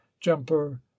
Jumper